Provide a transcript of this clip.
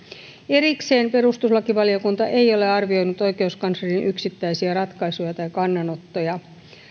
erikseen perustuslakivaliokunta ei ole arvioinut oikeuskanslerin yksittäisiä ratkaisuja tai kannanottoja